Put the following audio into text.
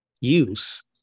use